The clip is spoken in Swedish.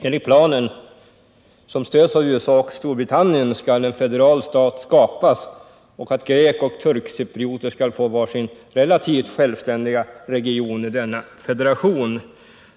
Enligt planen, som stöds av USA och Storbritannien, skall en federal stat skapas och grekoch turkcyprioter skall få var sin relativt självständiga region i denna federation.